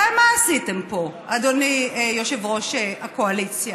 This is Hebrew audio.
הרי מה עשיתם פה, אדוני יושב-ראש הקואליציה?